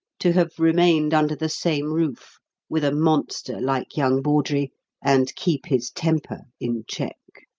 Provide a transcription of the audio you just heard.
to have remained under the same roof with a monster like young bawdrey and keep his temper in check.